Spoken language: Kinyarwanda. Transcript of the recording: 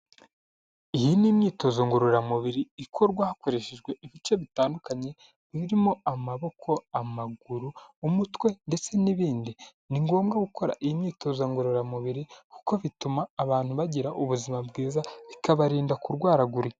Iyi ni imyitozo ngororamubiri, ikorwa hakoreshejwe ibice bitandukanye, birimo amaboko, amaguru, umutwe, ndetse n'ibindi. Ni ngombwa gukora iyi myitozo ngororamubiri, kuko bituma abantu bagira ubuzima bwiza, ikabarinda kurwaragurika.